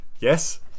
Yes